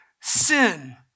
sin